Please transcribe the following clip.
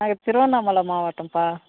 நாங்கள் திருவண்ணாமலை மாவட்டம்ப்பா